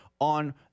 on